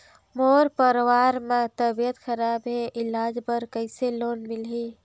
मोर परवार मे तबियत खराब हे इलाज बर कइसे लोन मिलही?